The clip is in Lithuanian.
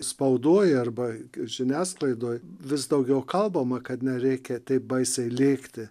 spaudoje arba žiniasklaidoje vis daugiau kalbama kad nereikia taip baisiai lėkti